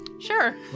Sure